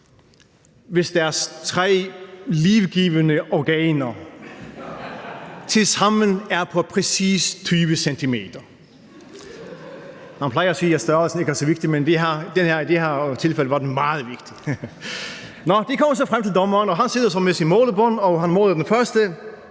hvis deres tre livgivende organer tilsammen er på præcis 20 cm. Man plejer at sige, at størrelsen ikke er så vigtig, men i det her tilfælde er den meget vigtig. Nå, de kommer frem til dommeren, og han sidder med sit målebånd, og han måler den første: